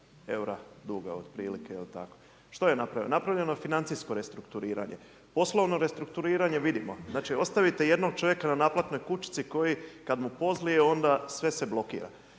eura duga, otprilike tako. Što je napravljeno? Napravljeno je financijsko restrukturiranje, poslovno restrukturiranje, vidimo, znači ostavite jednog čovjeka na naplatnoj kućici, koji kad mu pozlije, onda sve se blokira.